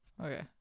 Okay